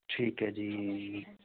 ਠੀਕ ਐ ਜੀ